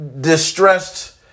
distressed